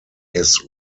his